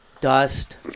dust